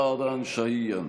וארוחת שבירת צום טעימה.